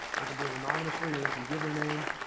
they can do it anonymously or they can give their name.